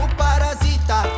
parasita